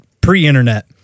pre-internet